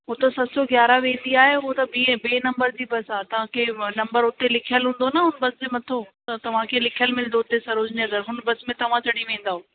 हो त सत सौ ग्यारहा वेंदी आहे ऊअ त बि ॿिए नम्बर जी बस आहे तव्हांखे नम्बर हुते लिखियलु हूंदो न हुन बस जे मथां त तव्हांखे लिखियलु मिलंदो हुते सरोजनी नगर में हुन बस में तव्हां चढ़ी वेंदव